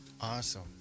Awesome